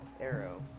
Arrow